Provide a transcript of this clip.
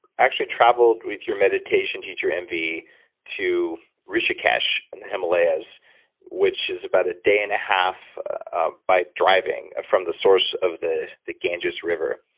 actually traveled with your meditation teacher, and mv to rishikesh, in the himalayas which is about a day and a half ah by driving from the source of the the ganges river.